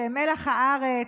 שהם מלח הארץ,